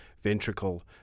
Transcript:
ventricle